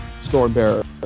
Stormbearer